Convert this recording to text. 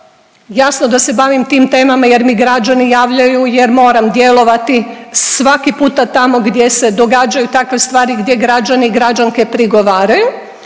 jasno sa se bavim tim temama jer mi građani javljaju jer moram djelovati svaki puta tamo gdje se događaju takve stvari gdje građani i građanke prigovaraju,